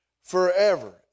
forever